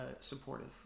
supportive